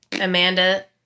Amanda